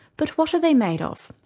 but what are they made of,